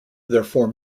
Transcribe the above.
therefore